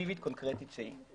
פוזיטיבית קונקרטית שהיא.